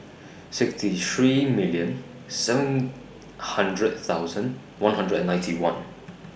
sixty three million seven hundred thousand one hundred and ninety one